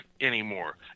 anymore